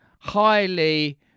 highly